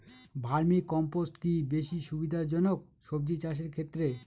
Vermi compost কি বেশী সুবিধা জনক সবজি চাষের ক্ষেত্রে?